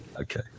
Okay